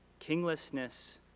Kinglessness